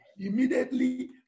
Immediately